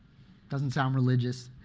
doesn't sound religious,